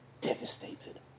devastated